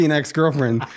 ex-girlfriend